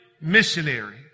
missionary